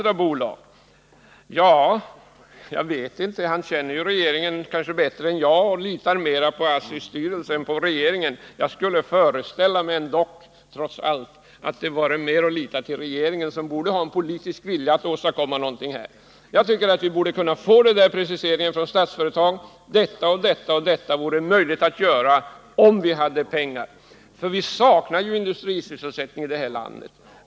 — Ja, jag vet inte det, men Johan Olsson känner ju regeringen — kanske bättre än jag — och han litar tydligen mer på ASSI:s styrelse än på regeringen. Jag skulle trots allt föreställa mig att det vore bättre att lita på regeringen som ju borde ha en politisk vilja att åstadkomma någonting här. Jag tycker vi borde kunna få en precisering från Statsföretag — att detta och detta vore möjligt att göra, om vi hade pengar. Vi saknar industrisysselsättning i det här landet.